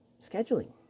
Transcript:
scheduling